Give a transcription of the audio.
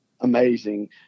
amazing